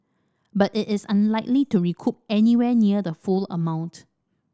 but it is unlikely to recoup anywhere near the full amount